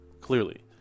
clearly